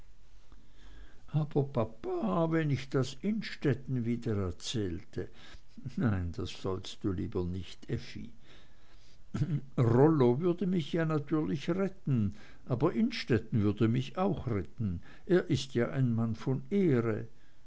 papa wenn ich das innstetten wiedererzählte nein das tu lieber nicht effi rollo würde mich ja natürlich retten aber innstetten würde mich auch retten er ist ja ein mann von ehre